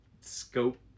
scope